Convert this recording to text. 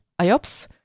IOPS